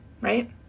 right